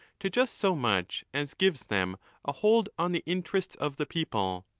to just so much as gives them a hold on the interests of the people.